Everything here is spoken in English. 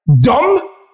dumb